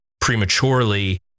prematurely